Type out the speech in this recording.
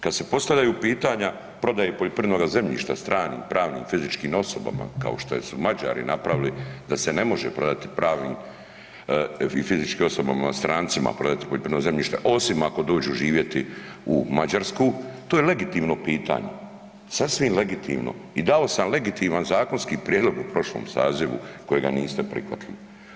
Kad se postavljaju pitanja prodaje poljoprivrednoga zemljišta stranim pravnim i fizičkim osobama kao što su Mađari napravili da se ne može prodati pravnim i fizičkim osobama, strancima prodati poljoprivredno zemljište osim ako dođu živjeti u Mađarsku, to je legitimno pitanje, sasvim legitimno i dao sam legitiman zakonski prijedlog u prošlom sazivu kojega niste prihvatili.